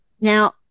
Now